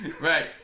right